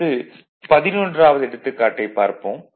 அடுத்து 11வது எடுத்துக்காட்டைப் பார்ப்போம்